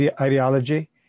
ideology